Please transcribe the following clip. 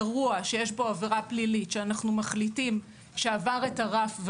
אירוע שיש בו עבירה פלילית שאנחנו מחליטים שעבר את הרף,